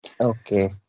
Okay